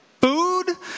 food